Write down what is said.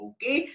Okay